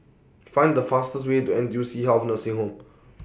Find The fastest Way to N T U C Health Nursing Home